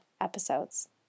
episodes